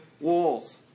walls